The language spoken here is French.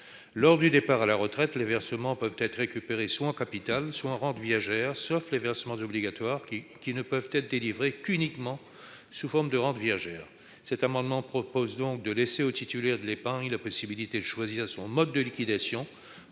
Lors du départ à la retraite, les versements peuvent être récupérés, soit en capital, soit en rente viagère, à l'exception des versements obligatoires qui ne peuvent être délivrés que sous forme de rente viagère. Cet amendement tend à laisser au titulaire de l'épargne la possibilité de choisir son mode de liquidation,